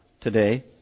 today